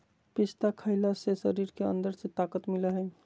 पिस्ता खईला से शरीर के अंदर से ताक़त मिलय हई